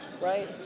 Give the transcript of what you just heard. Right